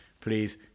please